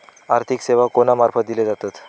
आर्थिक सेवा कोणा मार्फत दिले जातत?